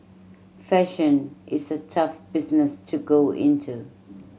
fashion is a tough business to go into